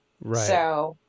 Right